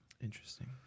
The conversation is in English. Interesting